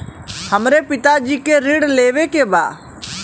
हमरे पिता जी के ऋण लेवे के बा?